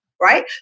right